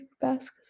best